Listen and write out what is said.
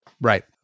Right